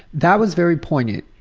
that was very poignant.